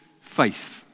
faith